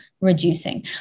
reducing